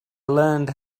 learned